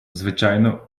звичайно